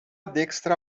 dekstra